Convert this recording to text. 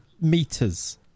meters